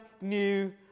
new